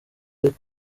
ariko